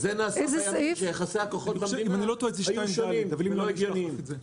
זה נעשה בימים שיחסי הכוחות במדינה היו שונים ולא הגיוניים.